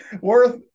worth